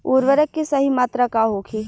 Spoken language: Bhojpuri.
उर्वरक के सही मात्रा का होखे?